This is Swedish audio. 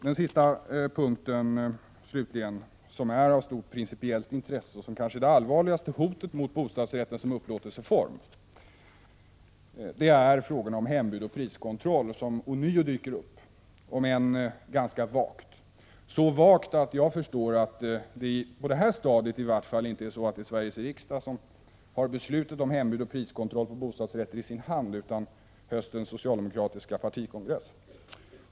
Den sista punkten som är av stort principiellt intresse och som rör det kanske allvarligaste hotet mot bostadsrätten som upplåtelseform rör frågorna om hembud och priskontroll som ånyo kommer upp, om än på ett ganska vagt sätt. De omnämns på ett så vagt sätt att jag förstår att det, i vart fall på det här stadiet, inte är Sveriges riksdag som har beslutet om hembud och priskontroll på bostadsrätter i sin hand. Det är i stället höstens socialdemokratiska partikongress.